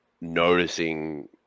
noticing